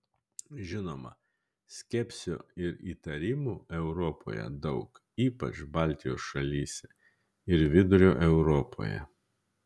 žinoma skepsio ir įtarimų europoje daug ypač baltijos šalyse ir vidurio europoje